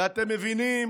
ואתם מבינים